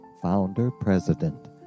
founder-president